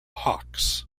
hawks